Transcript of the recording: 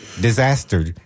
disaster